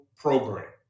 program